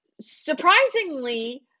Surprisingly